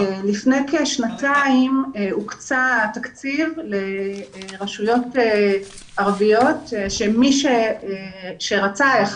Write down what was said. לפני כשנתיים הוקצה התקציב לרשויות ערביות שמי שרצה יכול